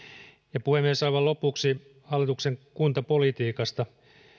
puhemies aivan lopuksi hallituksen kuntapolitiikasta